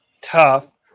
tough